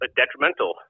detrimental